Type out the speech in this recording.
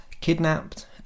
kidnapped